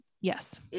Yes